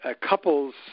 couples